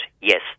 yes